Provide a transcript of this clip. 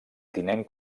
tinent